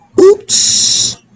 Oops